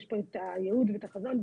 יש פה את הייעוד ואת החזון.